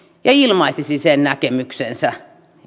ja ilmaisisi sen näkemyksensä